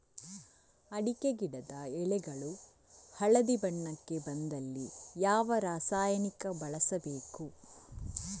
ಅಡಿಕೆ ಗಿಡದ ಎಳೆಗಳು ಹಳದಿ ಬಣ್ಣಕ್ಕೆ ಬಂದಲ್ಲಿ ಯಾವ ರಾಸಾಯನಿಕ ಬಳಸಬೇಕು?